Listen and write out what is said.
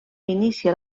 inicia